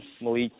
Malik